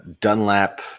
Dunlap